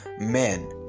men